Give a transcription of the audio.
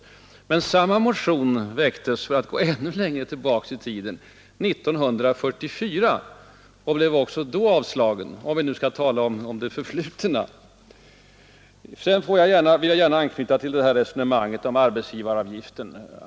Och samma motion väcktes — för att gå ännu längre tillbaka i tiden, om vi nu skall tala om det förflutna — år 1944 och blev också då avslagen. Sedan vill jag åter anknyta till resonemanget om arbetsgivaravgiften.